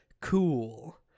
cool